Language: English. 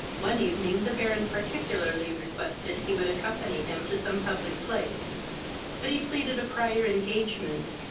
one evening the baron particularly requested he would accompany him to some public place but he pleaded a prior engagement,